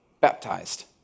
baptized